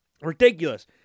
ridiculous